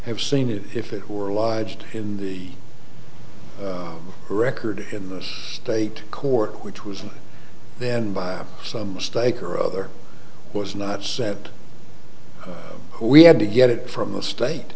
have seen it if it were lived in the record in the state court which was then by some mistake or other was not said we had to get it from the state